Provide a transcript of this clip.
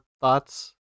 thoughts